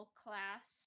class